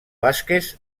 vázquez